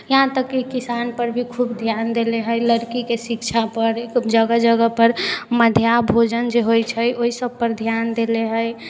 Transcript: यहाँ तक कि किसानपर भी खूब ध्यान देले हइ लड़कीके शिक्षापर जगह जगहपर मध्याह्न भोजन जे होय छै ओहिसबपर ध्यान देले हइ